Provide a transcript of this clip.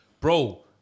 bro